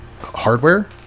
hardware